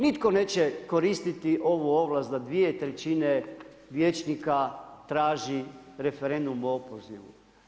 Nitko neće koristiti ovu ovlast za dvije trećine vijećnika traži referendum o opozivu.